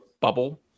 bubble